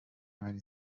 martin